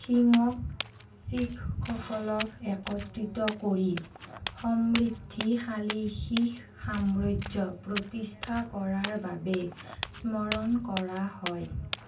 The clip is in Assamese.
সিঙক শিখসকলক একত্ৰিত কৰি সমৃদ্ধিশালী শিখ সাম্ৰাজ্য প্ৰতিষ্ঠা কৰাৰ বাবে স্মৰণ কৰা হয়